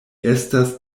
estas